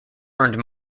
earned